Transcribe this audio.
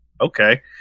okay